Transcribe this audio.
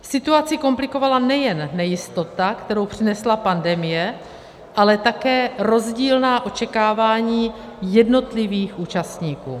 Situaci komplikovala nejen nejistota, kterou přinesla pandemie, ale také rozdílná očekávání jednotlivých účastníků.